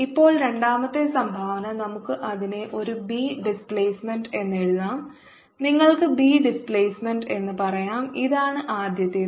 ഇപ്പോൾ രണ്ടാമത്തെ സംഭാവന നമുക്ക് അതിനെ ഒരു ബി ഡിസ്പ്ലേസ്മെൻറ് എന്ന് എഴുതാം നിങ്ങൾക്ക് ബി ഡിസ്പ്ലേസ്മെന്റ് എന്ന് പറയാം ഇതാണ് ആദ്യത്തേത്